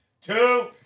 Two